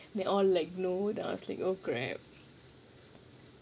then all like no then I was like oh crap